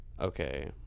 Okay